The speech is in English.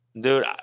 dude